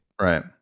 Right